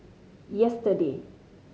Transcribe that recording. yesterday